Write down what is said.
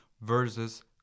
versus